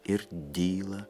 ir dyla